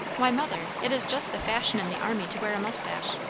why, mother, it is just the fashion in the army to wear a moustache.